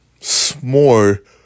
S'more